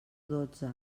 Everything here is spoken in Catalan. dotze